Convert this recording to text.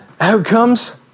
outcomes